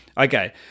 Okay